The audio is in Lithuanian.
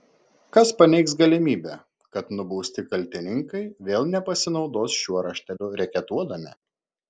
kas paneigs galimybę kad nubausti kaltininkai vėl nepasinaudos šiuo rašteliu reketuodami